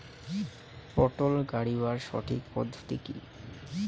পটল গারিবার সঠিক পদ্ধতি কি?